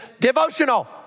devotional